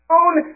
own